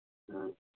ꯎꯝ